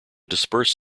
dispersed